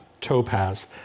topaz